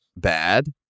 bad